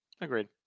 agreed